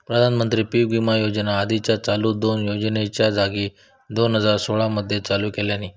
प्रधानमंत्री पीक विमा योजना आधीच्या चालू दोन योजनांच्या जागी दोन हजार सोळा मध्ये चालू केल्यानी